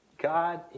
God